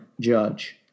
Judge